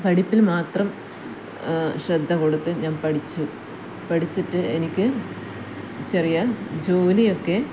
പഠിപ്പിൽ മാത്രം ശ്രദ്ധ കൊടുത്ത് ഞാൻ പഠിച്ചു പഠിച്ചിട്ട് എനിക്ക് ചെറിയ ജോലിയൊക്കെ